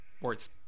words